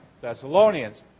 Thessalonians